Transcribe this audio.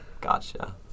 Gotcha